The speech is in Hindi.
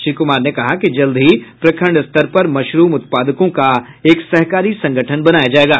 श्री कुमार ने कहा कि जल्द ही प्रखंड स्तर पर मशरूम उत्पादकों का एक सहकारी संगठन बनाया जाएगा